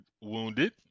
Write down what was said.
wounded